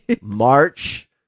March